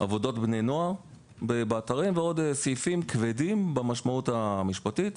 עבודות בני נוער באתרים ועוד סעיפים כבדים במשמעות המשפטית.